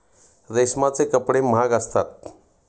रेशमाचे कपडे महाग असतात